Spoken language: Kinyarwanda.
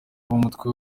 umukuru